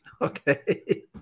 Okay